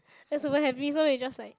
there's very happy so we just like